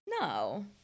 No